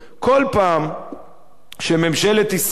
בכל פעם שממשלת ישראל,